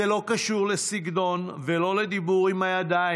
זה לא קשור לסגנון ולא לדיבור עם הידיים.